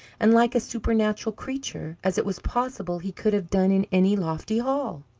and like a supernatural creature, as it was possible he could have done in any lofty hall.